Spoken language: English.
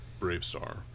Bravestar